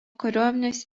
kariuomenės